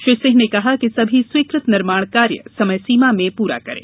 श्री सिंह ने कहा कि सभी स्वीकृत निर्माण कार्य समय सीमा में पूरा करें